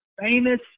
famous